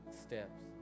steps